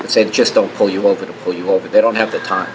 and said just don't pull you over to pull you over they don't have the time